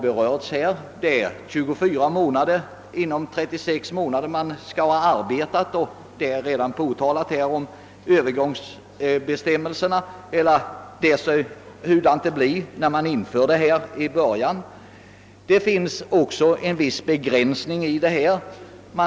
Vederbörande måste ha arbetat 24 månader av de 36 månaderna närmast före arbetslösheten. Även Öövergångsbestämmelserna har redan omnämnts. Det finns också vissa begränsningar.